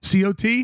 COT